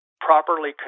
properly